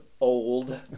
old